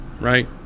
right